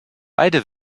beide